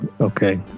Okay